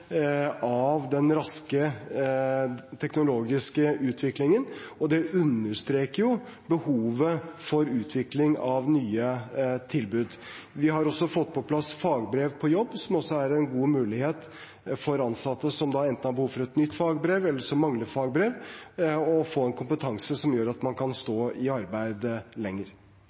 av den raske teknologiske utviklingen, og det understreker behovet for utvikling av nye tilbud. Vi har også fått på plass fagbrev på jobb, som er en god mulighet for ansatte som enten har behov for nytt fagbrev, eller som mangler fagbrev, til å få en kompetanse som gjør at man kan stå lenger i arbeid.